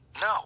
No